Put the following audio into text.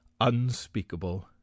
unspeakable